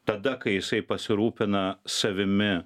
tada kai jisai pasirūpina savimi